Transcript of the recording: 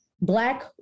Black